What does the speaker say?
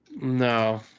No